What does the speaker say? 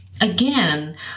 again